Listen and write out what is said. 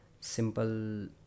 simple